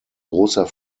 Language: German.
großer